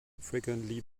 frequented